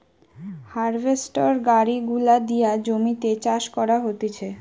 harvester গাড়ি গুলা দিয়ে জমিতে চাষ করা হতিছে